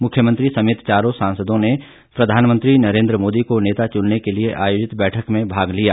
मुख्यमंत्री समेत चारों सांसदों ने प्रधानमंत्री नरेंद्र मोदी को नेता चुनने के लिए आयोजित बैठक में भाग लिया